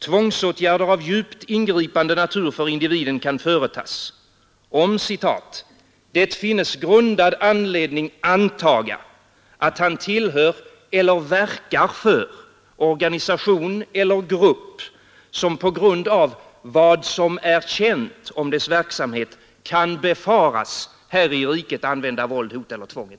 Tvångsåtgärder av djupt ingripande natur för individen kan företas om ”det finns grundad anledning antaga att han tillhör eller verkar för organisation eller grupp som på grund av vad som är känt om dess verksamhet kan befaras här i riket använda våld, hot eller tvång —